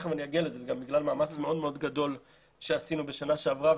זה גם בגלל מאמץ מאוד גדול שעשינו בשנה שעברה,